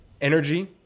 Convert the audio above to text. energy